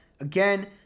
Again